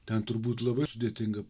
ten turbūt labai sudėtinga